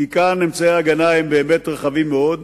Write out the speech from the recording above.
כי כאן אמצעי ההגנה הם באמת רחבים מאוד,